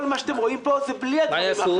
כל מה שאתם רואים פה זה בלי הדברים האחרים.